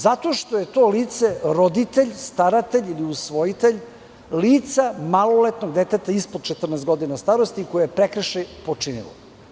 Zato što je to lice roditelj, staratelj ili usvojitelj lica maloletnog deteta ispod 14 godina starosti koje je prekršaj počinilo.